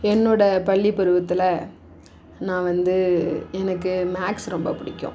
என்னோடய பள்ளி பருவத்தில் நான் வந்து எனக்கு மேக்ஸ் ரொம்ப பிடிக்கும்